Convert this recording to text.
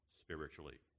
spiritually